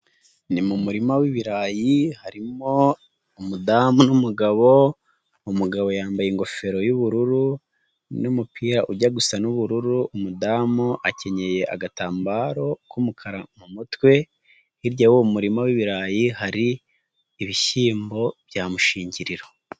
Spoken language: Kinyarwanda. Ni mu muririma w'ibirayi harimo umudamu n'umugabo, umugabo yambaye ingofero yu'ubururu, n'umupira ujya gusa n'ubururu, umudamu akenyeye agatambaro k'umukara mu mutwe, hirya y'uwo muririma w'ibirayi, hari ibishyimbo bya mushingiriro.